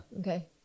Okay